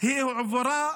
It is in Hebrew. היא הועברה